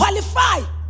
qualify